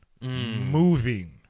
moving